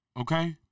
Okay